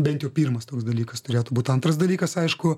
bent jau pirmas toks dalykas turėtų būt antras dalykas aišku